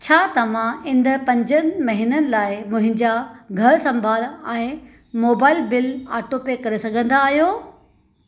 छा तव्हां ईंदड़ पंजनि महिननि लाइ मुंहिंजा घरु संभालु ऐं मोबाइल बिलु ऑटोपे करे सघंदा आहियो